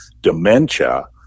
dementia